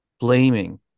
blaming